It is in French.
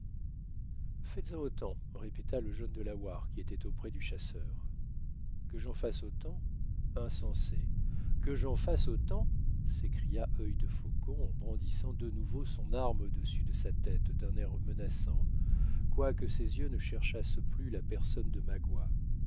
trouvait faites-en autant répéta le jeune delaware qui était auprès du chasseur que j'en fasse autant insensé que j'en fasse autant s'écria œil de faucon en brandissant de nouveau son arme audessus de sa tête d'un air menaçant quoique ses yeux ne cherchassent plus la personne de magua